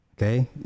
Okay